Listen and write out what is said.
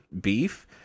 beef